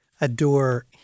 adore